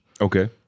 Okay